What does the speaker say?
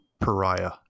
pariah